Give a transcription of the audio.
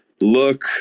look